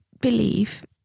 believe